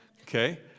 Okay